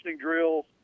drills